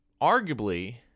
arguably